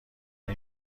این